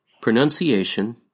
pronunciation